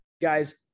Guys